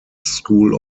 school